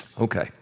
Okay